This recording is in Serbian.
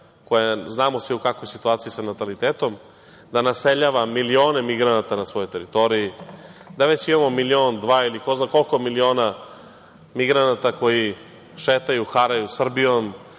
koja je znamo svi u kakvoj situaciji sa natalitetom, da naseljava milione migranata na svojoj teritoriji, da već imamo milion, dva ili ko zna koliko miliona migranata koji šetaju i haraju Srbijom,